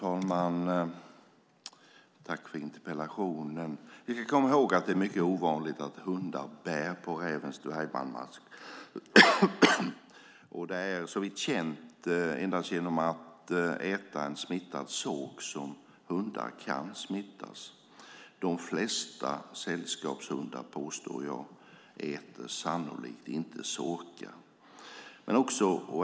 Fru talman! Tack för interpellationen. Det är mycket ovanligt att hundar bär på rävens dvärgbandmask. Det är, såvitt känt, endast genom att äta en smittad sork som hundar kan smittas. De flesta sällskapshundar äter sannolikt inte sorkar.